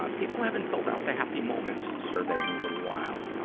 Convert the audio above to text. ah people haven't filled out the happy moments survey in a little while.